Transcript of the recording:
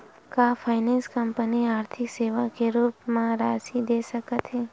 का finance company आर्थिक सेवा के रूप म राशि दे सकत हे?